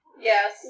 Yes